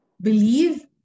believe